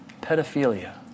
Pedophilia